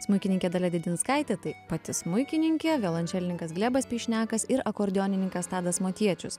smuikininkė dalia dėdinskaitė tai pati smuikininkė violončelininkas glebas pyšniakas ir akordeonininkas tadas motiečius